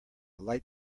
light